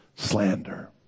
Slander